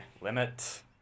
Limit